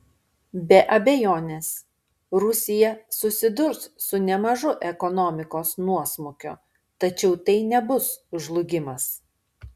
be abejonės rusija susidurs su nemažu ekonomikos nuosmukiu tačiau tai nebus žlugimas